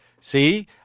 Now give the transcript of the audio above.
See